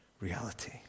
reality